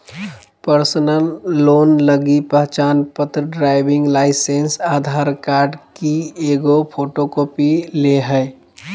personal loan लगी पहचानपत्र, driving licence, Aadhaar card की एगो फोटोकॉपी ले हइ